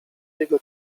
jego